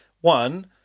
One